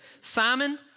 Simon